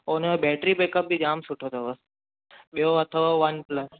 उन जो battery backup बि जामु सुठो अथव ॿियों अथव वन प्लस